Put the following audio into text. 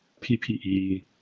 PPE